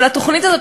אבל התוכנית הזאת,